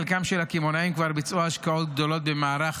חלקם של הקמעונאים כבר ביצעו השקעות גדולות במערך